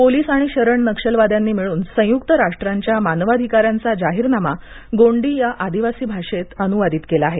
police आणि शरण नक्षलवाद्यांनी मिळून संयुक्त राष्ट्रांच्या मानवाधिकारांचा जाहीरनामा गोंडी या आदिवासी भाषेत अनुवादित केला आहे